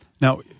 Now